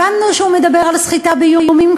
הבנו שהוא מדבר על סחיטה באיומים,